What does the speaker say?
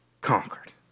conquered